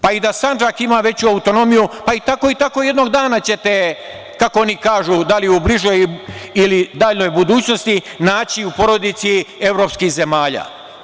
Pa, i da Sandžak ima veću autonomiju, pa i tako i takao jednog dana ćete kako oni kažu, da li u bližoj ili daljoj budućnosti naći u porodici evropskih zemalja.